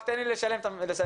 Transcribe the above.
תן לי לסיים את המשפט.